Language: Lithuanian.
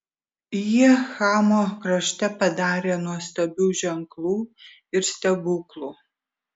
jie chamo krašte padarė nuostabių ženklų ir stebuklų